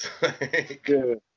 Good